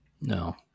no